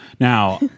Now